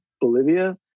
Bolivia